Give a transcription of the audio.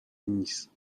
نیست